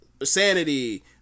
Sanity